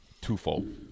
twofold